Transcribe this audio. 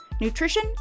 nutrition